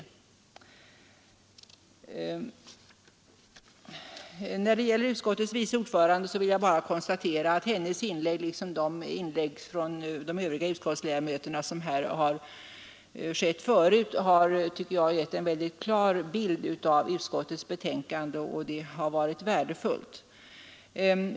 133 När det gäller utskottets vice ordförande vill jag bara konstatera att hennes inlägg liksom de inlägg från olika utskottsledamöter som här gjorts förut, har gett en klar bild av utskottets betänkande, och det har varit värdefullt.